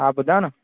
हा ॿुधायो न